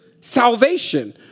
salvation